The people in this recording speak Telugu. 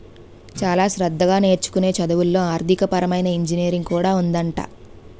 చాలా శ్రద్ధగా నేర్చుకునే చదువుల్లో ఆర్థికపరమైన ఇంజనీరింగ్ కూడా ఉందట